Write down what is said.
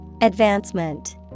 Advancement